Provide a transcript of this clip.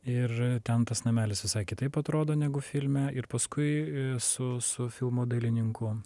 ir ten tas namelis visai kitaip atrodo negu filme ir paskui su su filmo dailininku